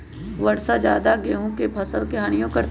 ज्यादा वर्षा गेंहू के फसल के हानियों करतै?